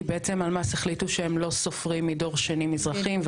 כי בעצם הלמ"ס החליטו שהם לא סופרים מדור שני מזרחים,